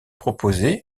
proposé